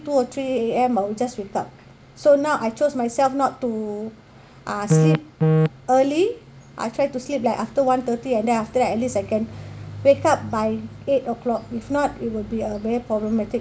two or three A_M I will just wake up so now I chose myself not to uh sleep early I try to sleep like after one thirty and then after that at least I can wake up by eight o'clock if not it will be a very problematic